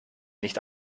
nicht